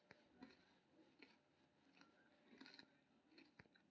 bank कें जखन कर्ज देबाक होइ छै, ते ओ नया धनक सृजन करै छै